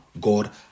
God